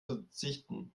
verzichten